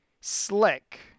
slick